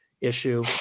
issue